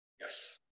Yes